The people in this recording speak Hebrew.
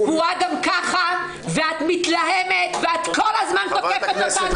גם כך את צבועה ואת מתלהמת ואת כל הזמן תוקפת אותנו.